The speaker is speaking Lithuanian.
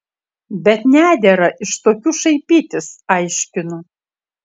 bet nedera iš tokių šaipytis aiškinu